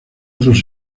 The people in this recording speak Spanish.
otros